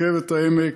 רכבת העמק,